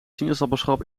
sinaasappelsap